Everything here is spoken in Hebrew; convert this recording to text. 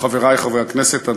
חברי חברי הכנסת,